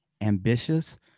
ambitious